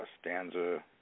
stanza